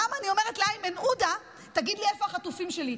למה אני אומרת לאיימן עודה: תגיד לי איפה החטופים שלי?